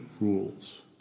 rules